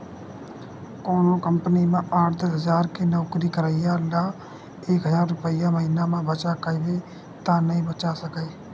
कोनो कंपनी म आठ, दस हजार के नउकरी करइया ल एक हजार रूपिया महिना म बचा कहिबे त नइ बचा सकय